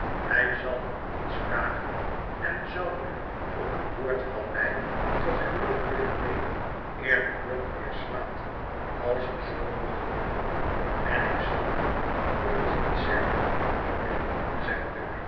hij zal u niets vragen en zou u op een woord van mij tot huurder willen nemen eer de klok weer slaat als ge zo mocht willen en ik zal u nog eens iets zeggen johling zegt